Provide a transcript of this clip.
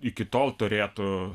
iki tol turėtų